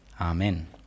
Amen